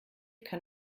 kann